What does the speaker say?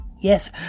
Yes